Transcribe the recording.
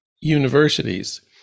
universities